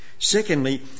Secondly